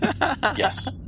Yes